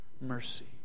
mercy